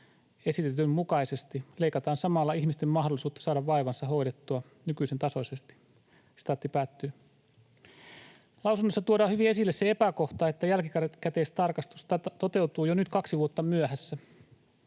esitetyn mukaisesti, leikataan samalla ihmisten mahdollisuutta saada vaivansa hoidettua nykyisen tasoisesti.” Lausunnossa tuodaan hyvin esille se epäkohta, että jälkikäteistarkastus toteutuu jo nyt kaksi vuotta myöhässä.